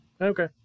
Okay